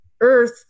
earth